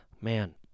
Man